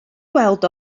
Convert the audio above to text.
weld